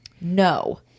No